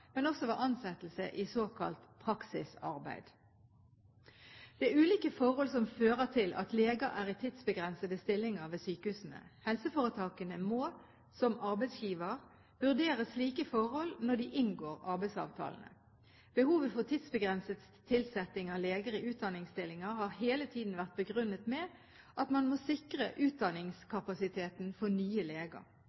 men også ved ansettelse i såkalt praksisarbeid. Det er ulike forhold som fører til at leger er i tidsbegrensede stillinger ved sykehusene. Helseforetakene må som arbeidsgiver vurdere slike forhold når de inngår arbeidsavtalene. Behovet for tidsbegrenset tilsetting av leger i utdanningsstillinger har hele tiden vært begrunnet med at man må sikre